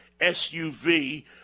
SUV